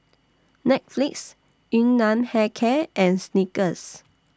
Netflix Yun Nam Hair Care and Snickers